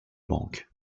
banque